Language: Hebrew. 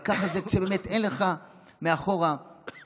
אבל ככה זה כשבאמת אין לך מאחור ממשלה.